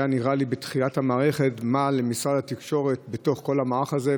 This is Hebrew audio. בתחילת המערכת שאלתי מה למשרד התקשורת בתוך כל המערך הזה,